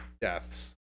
deaths